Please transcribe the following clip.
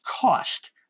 cost